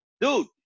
Dude